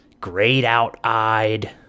grayed-out-eyed